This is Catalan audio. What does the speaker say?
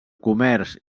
comerç